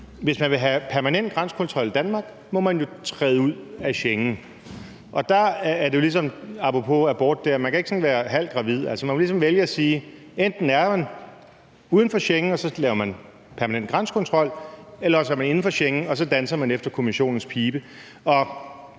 hvis man vil have permanent grænsekontrol i Danmark, må man jo træde ud af Schengen. Og der er det jo ligesom apropos abort, at man ikke kan være sådan halvt gravid. Altså, man må ligesom vælge enten at sige, at man er uden for Schengen, og så laver man permanent grænsekontrol, eller at sige, at man er inden for Schengen, og så danser man efter Kommissionens pibe.